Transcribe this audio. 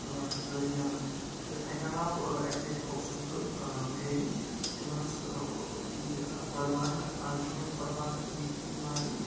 یور تَتھ ضروٗری اَنان تہٕ اَمہِ علاوٕ اَکہِ لَٹہِ اوسُس بہٕ گری تِمن اوس یہِ قۄربانہٕ آز چھُ وۄنۍ قۄربان عیٖد چھِ یِنہ واجیٚنۍ